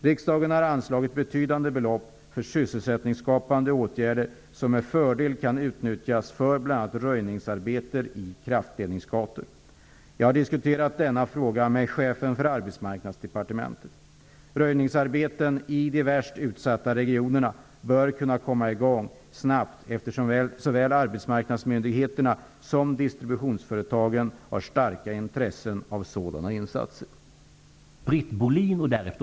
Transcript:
Riksdagen har anslagit betydande belopp för sysselsättningsskapande åtgärder som med fördel kan utnyttjas för bl.a. röjningsarbeten i kraftledningsgator. Jag har diskuterat denna fråga med chefen för Arbetsmarknadsdepartementet. Röjningsarbeten i de värst utsatta regionerna bör kunna komma i gång snabbt, eftersom såväl arbetsmarknadsmyndigheterna som distributionsföretagen har starka intressen av sådana insatser.